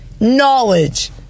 knowledge